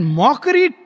mockery